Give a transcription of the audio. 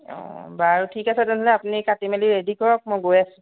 অঁ বাৰু ঠিক আছে তেনেহ'লে আপুনি কাটি মেলি ৰেডী কৰক মই গৈ আছোঁ